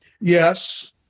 Yes